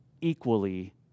equally